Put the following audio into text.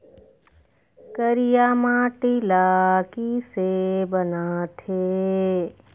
करिया माटी ला किसे बनाथे?